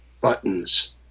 buttons